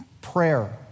Prayer